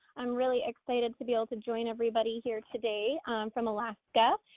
i'm really excited to be able to join everybody here today from alaska.